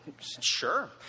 sure